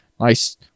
Nice